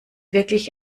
wirklich